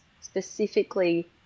specifically